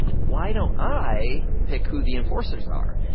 why don't i pick who the enforcers are?